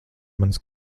manas